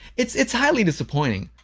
it's it's highly disappointing.